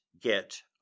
get